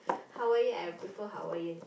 Hawaiian I prefer Hawaiian